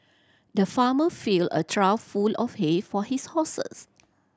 the farmer filled a trough full of hay for his horses